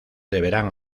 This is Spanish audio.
deberán